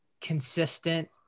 consistent